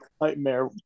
nightmare